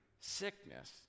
sickness